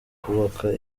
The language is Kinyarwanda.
kubaka